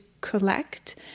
collect